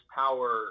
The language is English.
power